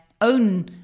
own